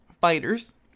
fighters